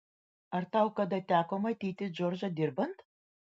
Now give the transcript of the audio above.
ar tau kada teko matyti džordžą dirbant